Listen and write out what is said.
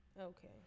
Okay